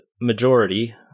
majority